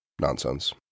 nonsense